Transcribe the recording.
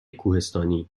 کوهستانی